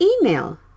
email